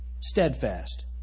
Steadfast